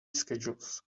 schedules